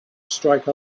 strike